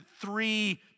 three